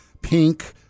Pink